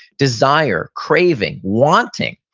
desire, craving, wanting.